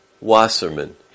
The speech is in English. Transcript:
Wasserman